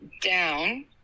down